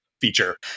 feature